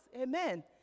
Amen